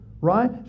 right